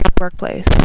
workplace